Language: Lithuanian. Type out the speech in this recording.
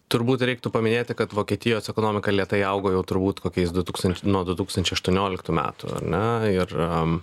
turbūt reiktų paminėti kad vokietijos ekonomika lėtai auga jau turbūt kokiais du tūks nuo du tūkstančiai aštuonioliktų metų ar ne ir